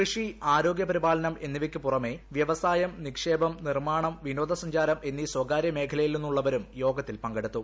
കൃഷി ആരോഗ്യപരിപാലനം എന്നിവയ്ക്കു പുറമെ വ്യവസായം നിക്ഷേപം നിർമ്മാണം വിനോദസഞ്ചാരം എന്നീ സ്ഥകാര്യ മേഖലയിൽ നിന്നുള്ളവരും യോഗത്തിൽ പങ്കെടുത്തു